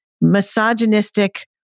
misogynistic